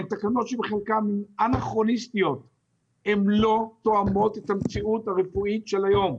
הן תקנות שבחלקן לא תואמות את המציאות הרפואית של היום.